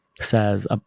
says